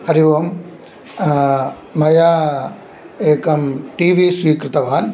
हरि ओम् मया एकं टिवि स्वीकृतवान्